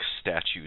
statues